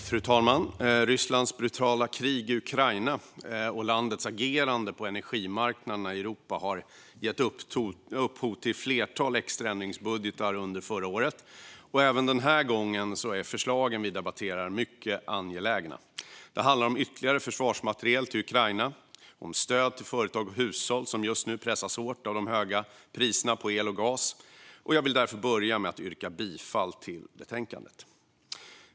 Fru talman! Rysslands brutala krig i Ukraina och landets agerande på energimarknaderna i Europa har gett upphov till ett flertal extraändringsbudgetar under förra året. Även denna gång är förslagen vi debatterar mycket angelägna. Det handlar om ytterligare försvarsmateriel till Ukraina och om stöd till företag och hushåll som just nu pressas hårt av de höga priserna på el och gas. Jag vill därför börja med att yrka bifall till förslaget i betänkandet.